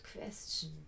question